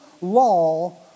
law